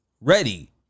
ready